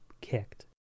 kicked